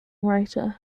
writer